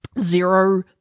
zero